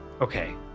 Okay